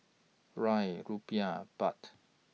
Riel Rupiah Baht